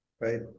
Right